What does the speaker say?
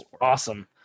awesome